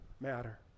matter